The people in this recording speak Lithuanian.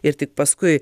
ir tik paskui